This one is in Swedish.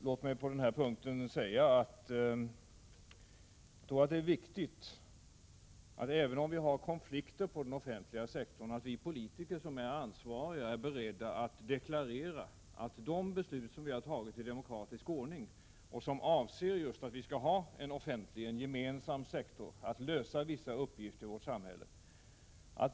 Låt mig på denna punkt säga att det då är viktigt att vi politiker — även om det råder konflikter på den offentliga sektorn — som är ansvariga är beredda att deklarera att vi står för de beslut som vi fattat i demokratisk ordning och som går ut på att vi skall ha en offentlig gemensam sektor för att lösa vissa uppgifter i vårt samhälle.